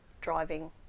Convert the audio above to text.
driving